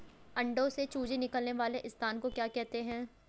अंडों से चूजे निकलने वाले स्थान को क्या कहते हैं?